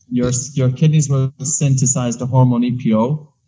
your so your kidneys will synthesize the hormone epo.